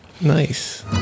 Nice